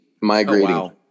migrating